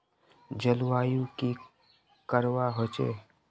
जलवायु की करवा होचे?